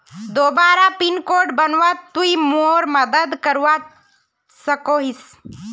दोबारा pin code बनवात तुई मोर मदद करवा सकोहिस?